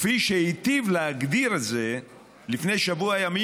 כפי שהיטיב להגדיר את זה לפני שבוע ימים,